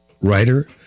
writer